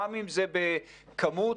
לדוגמה,